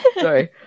Sorry